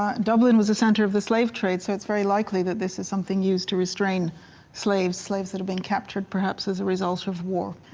um dublin was the center of the slave trade so it's very likely that this is something used to restrain slaves slaves that have been captured perhaps as a result of war